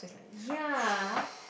ya